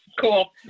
cool